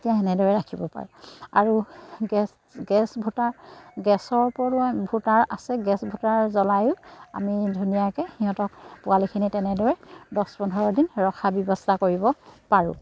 এতিয়া সেনেদৰে ৰাখিব পাৰে আৰু গেছ গেছ গেছৰ আছে গেছ জ্বলায়ো আমি ধুনীয়াকৈ সিহঁতক পোৱালিখিনি তেনেদৰে দহ পোন্ধৰ দিন ৰখা ব্যৱস্থা কৰিব পাৰোঁ